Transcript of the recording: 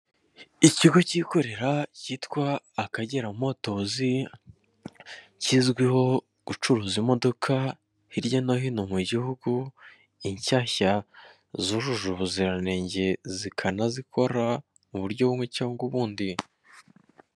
Ikigo kikorera cyitwa akagera motozi kizwiho gucuruza imodoka hirya no hino mu gihugu inshyashya zujuje ubuziranenge zikanazikora mu buryo bumwe cyangwa ubundi.